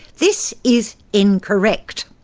this is incorrect.